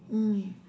mm